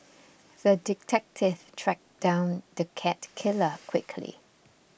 the detective tracked down the cat killer quickly